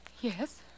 Yes